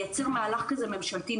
לייצר מהלך כזה ממשלתי,